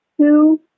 two